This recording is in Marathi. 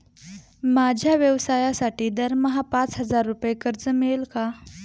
माझ्या व्यवसायासाठी दरमहा पाच हजार रुपये कर्ज मिळेल का?